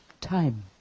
time